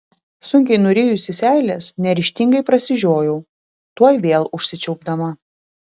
sunkiai nurijusi seiles neryžtingai prasižiojau tuoj vėl užsičiaupdama